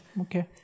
Okay